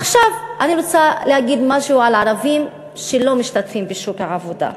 עכשיו אני רוצה להגיד משהו על ערבים שלא משתתפים בשוק העבודה,